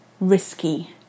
risky